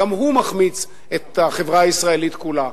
גם הוא מחמיץ את החברה הישראלית כולה.